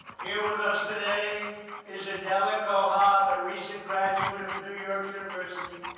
here with us today is adela cojab, a recent graduate of new york university,